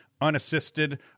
unassisted